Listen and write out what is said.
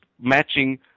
matching